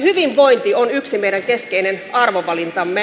hyvinvointi on yksi meidän keskeinen arvovalintamme